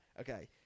Okay